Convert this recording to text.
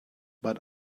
but